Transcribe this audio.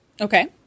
Okay